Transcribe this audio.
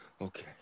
Okay